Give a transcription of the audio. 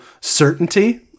certainty